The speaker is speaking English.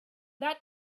that